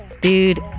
dude